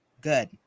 good